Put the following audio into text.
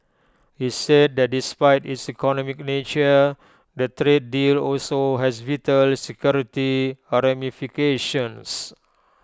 he said that despite its economic nature the trade deal also has vital security ramifications